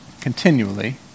continually